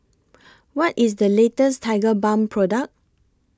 What IS The latest Tigerbalm Product